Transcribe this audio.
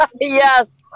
Yes